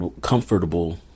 comfortable